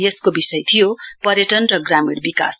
यसको विषय थियो पर्यटन र ग्रामीण विकास